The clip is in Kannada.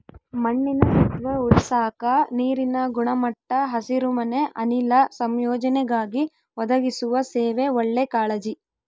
ಮಣ್ಣಿನ ಸತ್ವ ಉಳಸಾಕ ನೀರಿನ ಗುಣಮಟ್ಟ ಹಸಿರುಮನೆ ಅನಿಲ ಸಂಯೋಜನೆಗಾಗಿ ಒದಗಿಸುವ ಸೇವೆ ಒಳ್ಳೆ ಕಾಳಜಿ